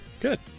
Good